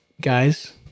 guys